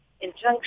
injunction